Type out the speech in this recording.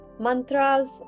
mantras